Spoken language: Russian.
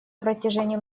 протяжении